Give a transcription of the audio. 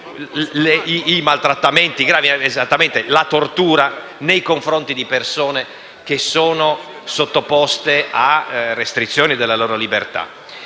i maltrattamenti gravi e la tortura nei confronti di persone sottoposte a restrizioni della loro libertà.